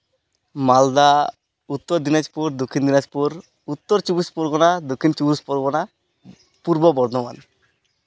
Malda Uttar Dinajpur Dakshin Dinajpur Uttar Chobbis Pargana Dakshin Chobbis Pargana Purba Bardhaman